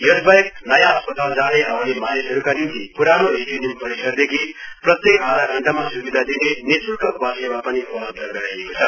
यसबाहेक नयाँ अस्पताल जाने आउने मानिसहरूका निम्ति पुरानो एसटीएनएम परिसरदेखि प्रत्येक आधा घण्टामा स्विधा दिने निश्ल्क बससेवा पनि उपलब्ध गराइएको छ